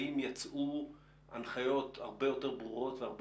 האם יצאו הנחיות הרבה יותר ברורות והרבה